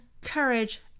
courage